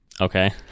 Okay